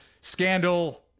scandal